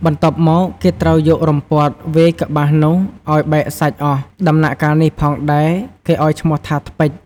បន្ទាប់មកគេត្រូវយករំពាត់វាយកប្បាសនោះឲ្យបែកសាច់អស់ ដំណាក់កាលនេះផងដែរគេឲ្យឈ្មោះថាថ្ពេច។